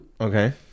Okay